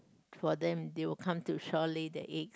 for them they will come to shore lay their eggs